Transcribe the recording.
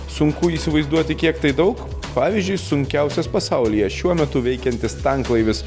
sunku įsivaizduoti kiek tai daug pavyzdžiui sunkiausias pasaulyje šiuo metu veikiantis tanklaivis